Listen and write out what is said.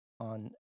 on